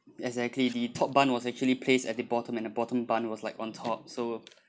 exactly the top bun was actually placed at the bottom and the bottom bun was like on top so